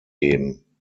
geben